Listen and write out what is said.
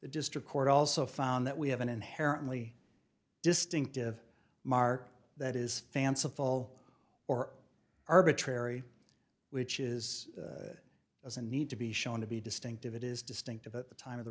the district court also found that we have an inherently distinctive mark that is fansub fall or arbitrary which is it doesn't need to be shown to be distinctive it is distinctive at the time of the